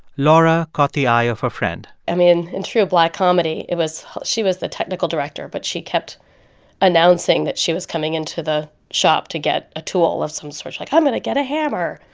laura caught the eye of her friend i mean, in true black comedy, it was she was the technical director, but she kept announcing that she was coming into the shop to get a tool of some sort. she was like, i'm going to get a hammer.